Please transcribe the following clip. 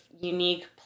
unique